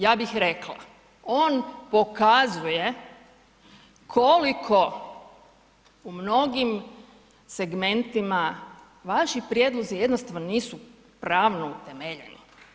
Ja bih rekla, on pokazuje koliko u mnogim segmentima vaši prijedlozi jednostavno nisu pravno utemeljeni.